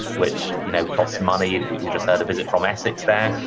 which you know costs money we we just heard a visit from essex there.